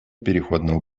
переходного